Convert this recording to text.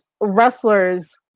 wrestlers